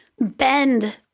bend